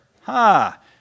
ha